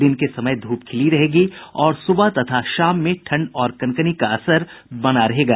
दिन के समय धूप खिली रहेगी और सुबह तथा शाम में ठंड और कनकनी का असर बना रहेगा